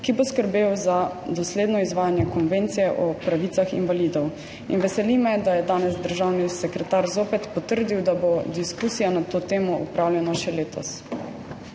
ki bo skrbel za dosledno izvajanje Konvencije o pravicah invalidov. Veseli me, da je danes državni sekretar zopet potrdil, da bo diskusija na to temo opravljena še letos.